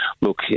Look